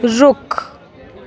ਰੁੱਖ